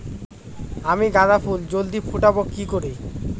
আমি গাঁদা ফুল জলদি ফোটাবো কি করে?